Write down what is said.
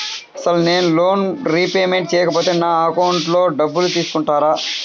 అసలు నేనూ loan repayment చేయకపోతే నా అకౌంట్లో డబ్బులు తీసుకుంటారా?